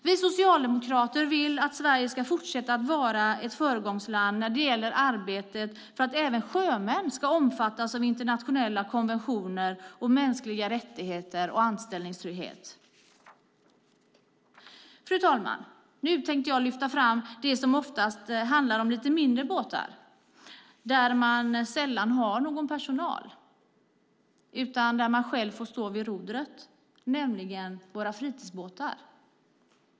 Vi socialdemokrater vill att Sverige ska fortsätta att vara ett föregångsland när det gäller arbetet för att även sjömän ska omfattas av internationella konventioner, mänskliga rättigheter och anställningstrygghet. Fru talman! Nu tänkte jag lyfta fram det som oftast handlar om lite mindre båtar där det sällan finns personal utan man får själv stå vid rodret, nämligen våra fritidsbåtar.